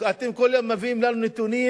אתם כל יום מביאים לנו נתונים: